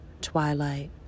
twilight